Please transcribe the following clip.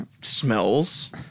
smells